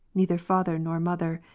neither father nor mother,